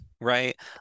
right